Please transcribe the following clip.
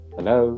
Hello